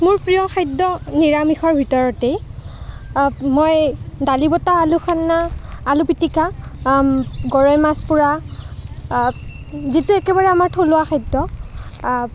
মোৰ প্ৰিয় খাদ্য নিৰামিষৰ ভিতৰতেই মই দালিবটা আলু খানা আলু পিটিকা গৰৈ মাছ পোৰা যিটো একেবাৰে আমাৰ থলুৱা খাদ্য